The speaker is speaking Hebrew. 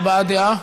הבעת דעה.